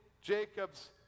Jacob's